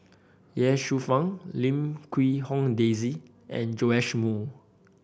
Ye Shufang Lim Quee Hong Daisy and Joash Moo